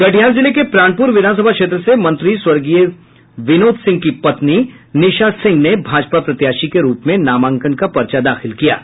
कटिहार जिले के प्राणपुर विधानसभा क्षेत्र से मंत्री स्वर्गीय विनोद सिंह की पत्नी निशा सिंह ने भाजपा प्रत्याशी के रूप में नामांकन का पर्चा दाखिल किया है